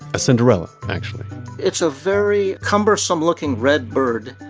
a cinderella actually it's a very cumbersome looking red bird